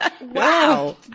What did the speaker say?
Wow